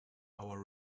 our